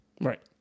Right